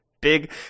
Big